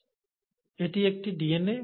এটি একটি ডিএনএ